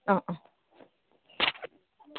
অ অহ